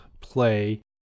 play